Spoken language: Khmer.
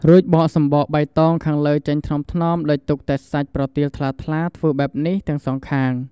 រួចបកសំបកបៃតងខាងលើចេញថ្នមៗ ដោយទុកតែសាច់ប្រទាលថ្លាៗ ធ្វើបែបនេះទាំងសងខាង។